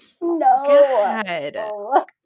No